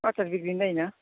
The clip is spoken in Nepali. अचार बिग्रिँदैन